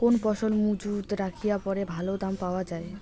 কোন ফসল মুজুত রাখিয়া পরে ভালো দাম পাওয়া যায়?